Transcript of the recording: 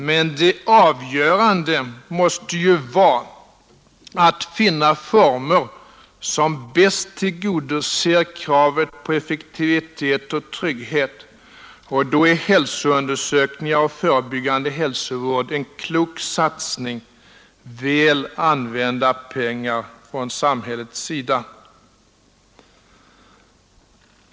Men det avgörande måste ju vara att finna former som bäst tillgodoser kravet på effektivitet och trygghet, och då är hälsoundersökningar och förebyggande hälsovård en klok satsning, väl använda pengar från samhällets sida.